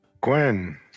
Gwen